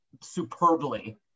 superbly